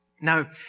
Now